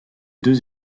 deux